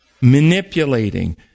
manipulating